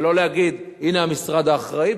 ולא להגיד: הנה המשרד האחראי,